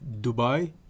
Dubai